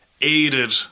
aided